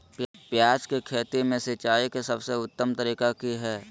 प्याज के खेती में सिंचाई के सबसे उत्तम तरीका की है?